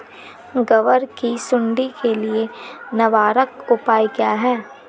ग्वार की सुंडी के लिए निवारक उपाय क्या है?